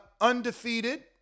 undefeated